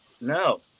no